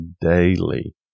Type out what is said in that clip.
daily